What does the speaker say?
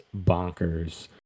bonkers